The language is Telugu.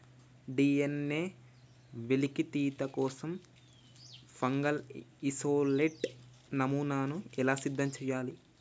డి.ఎన్.ఎ వెలికితీత కోసం ఫంగల్ ఇసోలేట్ నమూనాను ఎలా సిద్ధం చెయ్యాలి?